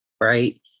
Right